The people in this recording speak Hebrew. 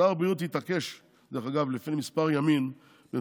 שר הבריאות התעקש לפני כמה ימים במסיבת